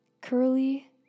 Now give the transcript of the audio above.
curly